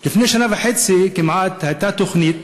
לפני שנה וחצי כמעט הייתה תוכנית,